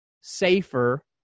safer